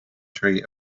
tree